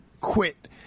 quit